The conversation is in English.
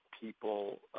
people